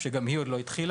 שגם היא עוד לא התחילה.